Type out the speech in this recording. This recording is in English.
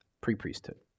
pre-priesthood